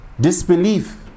disbelief